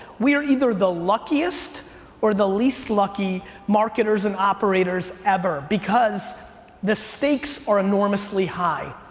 we are either the luckiest or the least lucky marketers and operators ever because the stakes are enormously high.